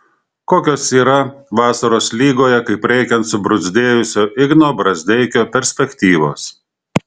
kokios yra vasaros lygoje kaip reikiant subruzdėjusio igno brazdeikio perspektyvos